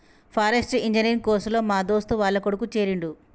forestry engineer course లో మా దోస్తు వాళ్ల కొడుకు చేరిండు